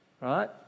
right